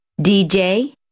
DJ